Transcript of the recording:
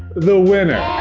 the winner.